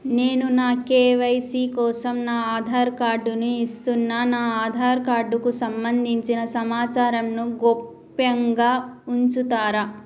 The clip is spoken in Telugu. నేను నా కే.వై.సీ కోసం నా ఆధార్ కార్డు ను ఇస్తున్నా నా ఆధార్ కార్డుకు సంబంధించిన సమాచారంను గోప్యంగా ఉంచుతరా?